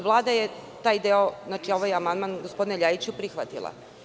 Vlada je taj deo, znači ovaj amandman, gospodine Ljajiću, prihvatila.